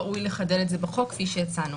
ראוי לחדד את זה בחוק כפי שהצענו.